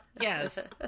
Yes